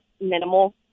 minimal